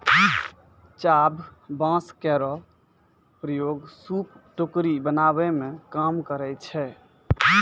चाभ बांस केरो प्रयोग सूप, टोकरी बनावै मे काम करै छै